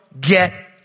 get